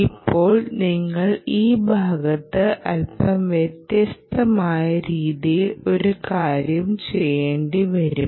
ഇപ്പോൾ നിങ്ങൾ ഈ ഭാഗത്ത് അല്പം വ്യത്യസ്തമായ രീതിയിൽ ഒരു കാര്യം ചെയ്യേണ്ടിവരും